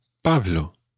Pablo